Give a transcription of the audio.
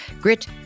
Grit